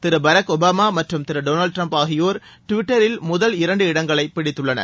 திரு Barack Obama மற்றும் திரு Donald Trump ஆகியோர் டுவிட்டரில் முதல் இரண்டு இடங்களை பிடித்துள்ளனர்